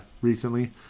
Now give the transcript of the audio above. recently